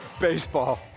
baseball